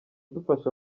dufashe